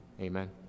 Amen